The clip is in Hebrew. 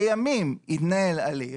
לימים התנהל הליך